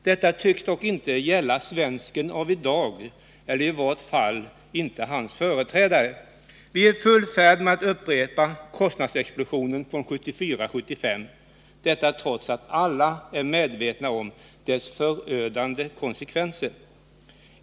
Detta tycks dock inte gälla svensken av i dag eller i vart fall inte hans företrädare. Vi är i full färd med att upprepa kostnadsexplosionen från 1974-1975 — detta trots att alla är medvetna om dess förödande konsekvenser.